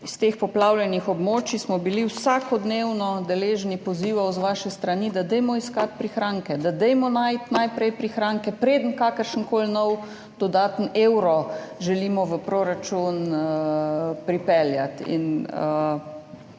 s teh poplavljenih območij, smo bili vsakodnevno deležni pozivov z vaše strani, da dajmo iskati prihranke, da dajmo najti najprej prihranke, preden želimo kakršenkoli nov dodatni evro v proračun pripeljati.